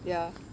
ya